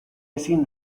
ezin